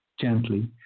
gently